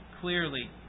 clearly